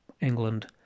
England